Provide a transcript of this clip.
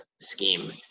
scheme